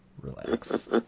Relax